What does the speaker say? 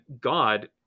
God